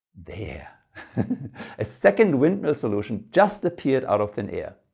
there a second windmill solution just appeared out of thin air.